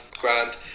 Grand